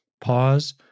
Pause